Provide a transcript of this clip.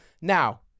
Now